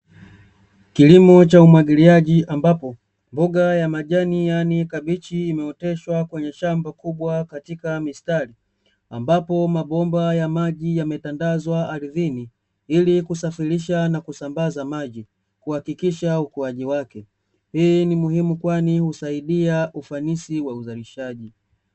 Kilimo cha umwagiliaji ambapo mboga ya majani yaani ya kabichi imeoteshwa kwenye shamba kubwa katika mistari, ambapo mabomba ya maji yametandazwa ardhini ili kusafirisha na kusambaza maji kuhakikisha ukuaji wake. Hii ni muhimu kwani husaidia ufanisi wa uzalishaji.